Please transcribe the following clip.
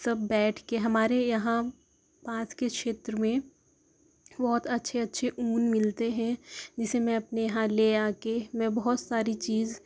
سب بیٹھ کے ہمارے یہاں پاس کے چھیتر میں بہت اچھے اچھے اون ملتے ہیں جسے میں اپنے یہاں لے آ کے میں بہت ساری چیز